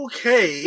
Okay